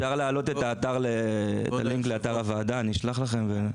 אפשר לעלות את הלינק לאתר הוועדה, אני אשלח לכם.